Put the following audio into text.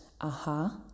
aha